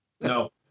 No